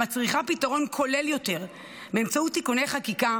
המצריכה פתרון כולל יותר באמצעות תיקוני חקיקה